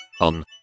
on